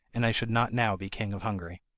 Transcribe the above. and i should not now be king of hungary